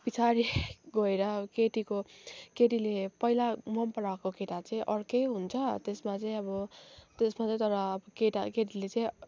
पिछाडि गएर केटीको केटीले पहिला मन पराएको केटा चाहिँ अर्कै हुन्छ त्यसमा चाहिँ अब त्यसमा चाहिँ तर केटा केटीले चाहिँ